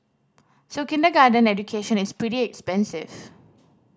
so kindergarten education is pretty expensive